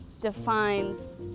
defines